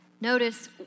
Notice